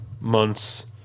months